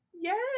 yes